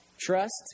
Trust